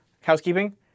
housekeeping